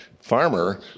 farmer